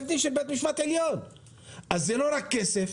אז זה לא רק כסף,